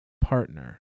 partner